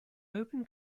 open